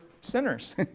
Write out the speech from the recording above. sinners